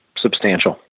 substantial